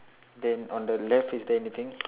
then on the left is there anything